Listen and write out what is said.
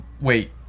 Wait